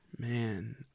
Man